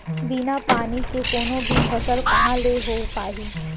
बिना पानी के कोनो भी फसल कहॉं ले हो पाही?